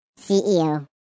CEO